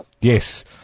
Yes